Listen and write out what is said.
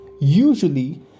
usually